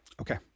Okay